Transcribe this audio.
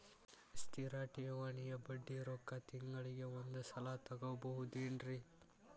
ಸ್ಥಿರ ಠೇವಣಿಯ ಬಡ್ಡಿ ರೊಕ್ಕ ತಿಂಗಳಿಗೆ ಒಂದು ಸಲ ತಗೊಬಹುದೆನ್ರಿ?